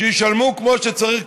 שישלמו כמו שצריך,